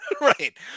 Right